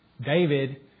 David